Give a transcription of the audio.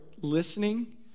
listening